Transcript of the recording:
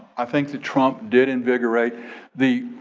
i think the trump did invigorate the,